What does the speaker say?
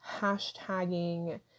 hashtagging